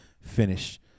finish